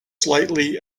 slightly